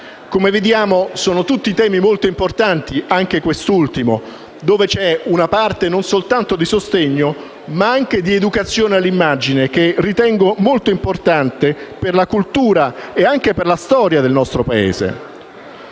Come vediamo, sono tutti temi molto importanti: anche quest'ultimo, dove c'è una parte non soltanto di sostegno ma anche di educazione all'immagine che io ritengo essere molto importante per la cultura e anche per la storia del nostro Paese.